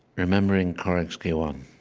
remembering carrigskeewaun.